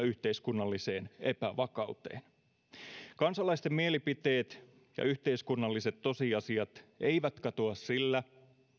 yhteiskunnalliseen epävakauteen kansalaisten mielipiteet ja yhteiskunnalliset tosiasiat eivät katoa sillä